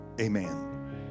amen